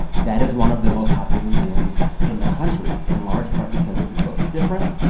that is one of the most popular museums in the country in large part because it looks different.